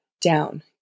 down